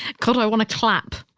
god, i want to clap.